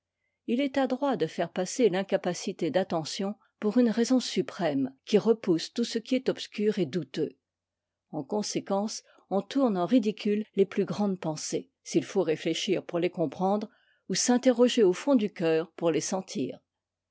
il est adroit de faire passer l'incapacité d'attention pour une raison suprême qui repousse tout ce qui est obscur et douteux en conséquence on tourne en ridicule les plus grandes pensées s'il faut réoéchir pour les comprendre ou s'interroger au fond du cœur pour les sentir